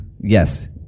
Yes